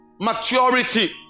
Maturity